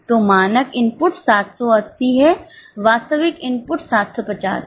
तो मानक इनपुट 780 है वास्तविक इनपुट 750 है